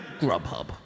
Grubhub